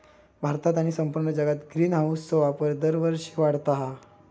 भारतात आणि संपूर्ण जगात ग्रीनहाऊसचो वापर दरवर्षी वाढता हा